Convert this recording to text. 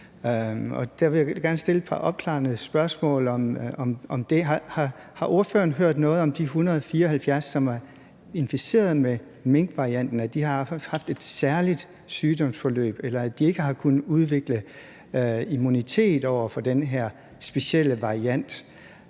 jeg vil gerne stille et par opklarende spørgsmål om det. Har ordføreren hørt noget om, at de 174, som var inficeret med minkvarianten, har haft et særligt sygdomsforløb, eller at de ikke har kunnet udvikle immunitet over for den her specielle variant?